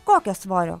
kokio svorio